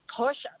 push